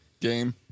game